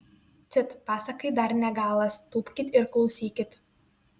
cit pasakai dar ne galas tūpkit ir klausykit